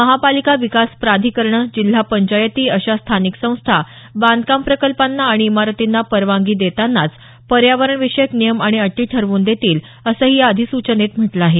महापालिका विकास प्राधिकरणं जिल्हा पंचायती अशा स्थानिक संस्थांनी बांधकाम प्रकल्पांना आणि इमारतींना परवानगी देतानाच पर्यावरणविषयक नियम आणि अटी ठरवून देतील असंही या अधिसूचनेत म्हटलं आहे